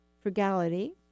frugality